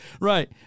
Right